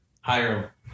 Hire